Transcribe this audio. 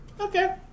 Okay